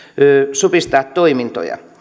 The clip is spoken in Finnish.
supistaa toimintoja